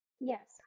yes